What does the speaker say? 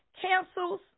cancels